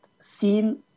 seen